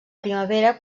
primavera